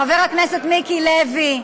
חבר הכנסת מיקי לוי,